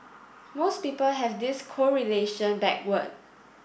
most people have this correlation backward